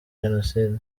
jenoside